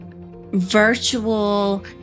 virtual